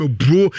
bro